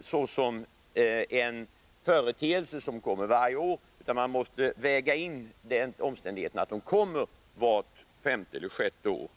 så som en varje år återkommande företeelse, utan när man bedömer situationen måste man väga in den omständigheten att de uppträder vart femte eller sjätte år.